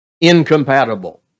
incompatible